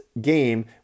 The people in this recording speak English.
game